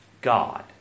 God